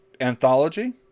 anthology